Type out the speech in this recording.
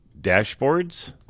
dashboards